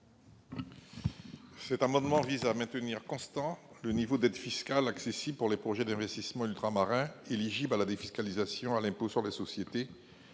Cet amendement vise à maintenir constant le niveau d'aide fiscale accessible pour les projets d'investissement ultramarins éligibles à la défiscalisation à l'impôt sur les sociétés,